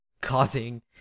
causing